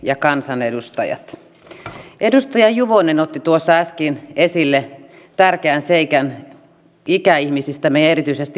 täällä on ansiokkaasti sivuttu varmaan vähän huolestuneinkin mielin tätä maahanmuuton aiheuttamaa painetta kuntakentälle